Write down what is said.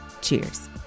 cheers